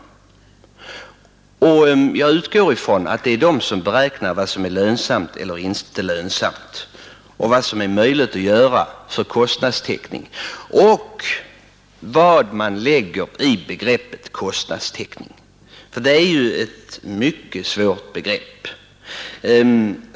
Jag utgår från att det är de som beräknar vad som är lönsamt eller inte, vad som är möjligt att göra när det gäller kostnadstäckning och vad som bör läggas i begreppet kostnadstäckning; det är nämligen ett mycket svårtytt begrepp.